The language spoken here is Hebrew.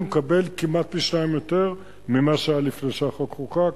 הוא מקבל כמעט פי-שניים ממה שהיה לפני שהחוק חוקק.